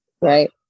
Right